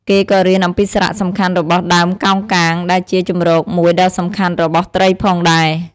គេក៏រៀនអំំពីសារៈសំខាន់របស់ដើមកោងកាងដែលជាជម្រកមួយដ៏សំខាន់របស់ត្រីផងដែរ។